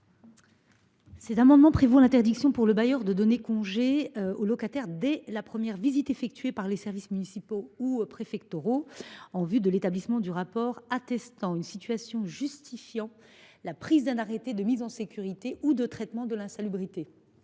ces amendements souhaitent interdire au bailleur de donner congé au locataire dès la première visite effectuée par les services municipaux ou préfectoraux en vue de l’établissement du rapport mettant en évidence une situation justifiant la prise d’un arrêté de mise en sécurité ou de traitement de l’insalubrité.